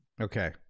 okay